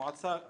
מועצה מייעצת,